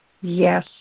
yes